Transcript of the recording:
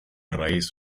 raíz